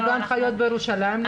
וגן החיות בירושלים לדוגמה?